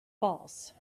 false